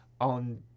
on